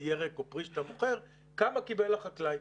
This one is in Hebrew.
ירק או פרי שאתה מוכר כמה קיבל החקלאי.